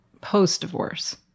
post-divorce